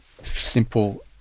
simple